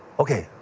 okay,